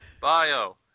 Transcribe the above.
Bio